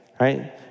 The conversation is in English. right